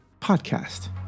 podcast